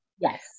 Yes